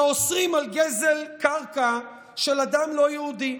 שאוסרות גזל קרקע של אדם לא יהודי.